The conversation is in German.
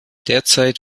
derzeit